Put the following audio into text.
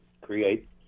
create